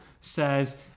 says